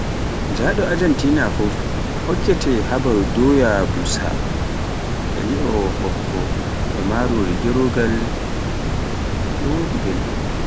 Njaɗo Ajentina fuf, hokkete habaruu, doya busa e lio ɓokko e marori gerogal, e wodi belɗum.